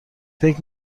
فکر